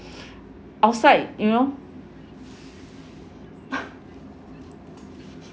outside you know